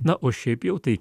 na o šiaip jau tai